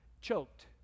choked